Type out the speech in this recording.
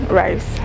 rice